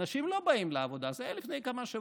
אנשים לא באים לעבודה, זה היה לפני כמה שבועות.